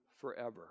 forever